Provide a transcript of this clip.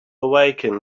awaken